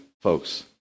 folks